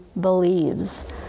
believes